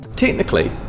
Technically